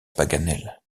paganel